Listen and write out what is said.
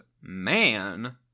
Man